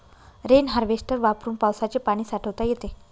rain harvester वापरून पावसाचे पाणी साठवता येते